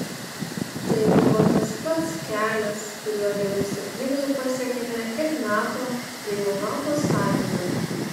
tai buvo tas pats kelias kuriuo vėliau sėkmingai pasiekėme ir nato bei europos sąjungą